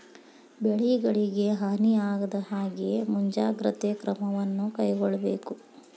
ಬೆಳೆಗಳಿಗೆ ಹಾನಿ ಆಗದಹಾಗೆ ಮುಂಜಾಗ್ರತೆ ಕ್ರಮವನ್ನು ಕೈಗೊಳ್ಳಬೇಕು